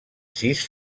sis